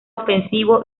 ofensivo